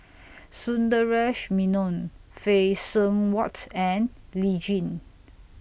Sundaresh Menon Phay Seng Whatt and Lee Tjin